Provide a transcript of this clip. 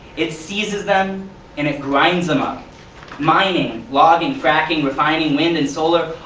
it seizes them and it grinds them up mining, logging, fracking, refining, wind and solar,